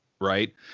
right